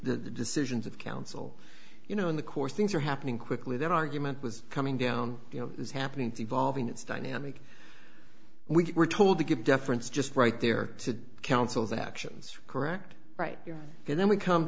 the decisions of counsel you know in the course things are happening quickly their argument was coming down you know is happening to evolving it's dynamic we were told to give deference just right there to counsel's actions correct right good then we come